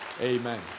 Amen